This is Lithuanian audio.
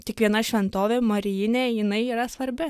kiekviena šventovė marijinė jinai yra svarbi